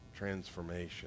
transformation